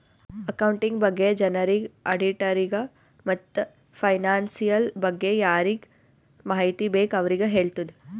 accounting ಬಗ್ಗೆ ಜನರಿಗ್, ಆಡಿಟ್ಟರಿಗ ಮತ್ತ್ ಫೈನಾನ್ಸಿಯಲ್ ಬಗ್ಗೆ ಯಾರಿಗ್ ಮಾಹಿತಿ ಬೇಕ್ ಅವ್ರಿಗ ಹೆಳ್ತುದ್